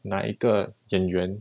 哪一个演员